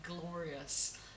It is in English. glorious